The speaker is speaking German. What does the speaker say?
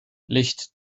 licht